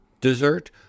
dessert